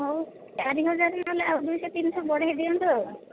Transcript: ହେଉ ଚାରି ହଜାରରୁ ଆଉ ନ ହେଲେ ଦୁଇଶହ ତିନିଶହ ବଢ଼େଇଦିଅନ୍ତୁ ଆଉ